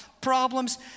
problems